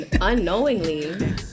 Unknowingly